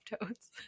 toads